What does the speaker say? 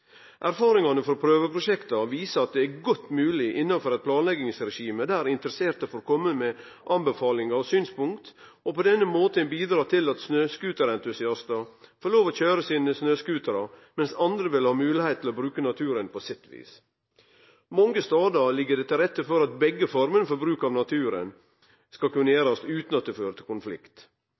Erfaringane frå prøveprosjekta viser at det er godt mogleg innanfor eit planleggingsregime der interesserte får kome med anbefalingar og synspunkt, og på denne måten bidrar til at snøscooterentusiastar får lov å køyre sine snøscooterar, mens andre vil ha moglegheit til å bruke naturen på sitt vis. Mange stader ligg det til rette for at begge formene for bruk av naturen skal kunne gjerast utan at det fører til konflikt.